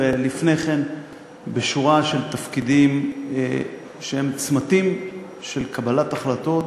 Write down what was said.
ולפני כן בשורה של תפקידים שהם צמתים של קבלת החלטות: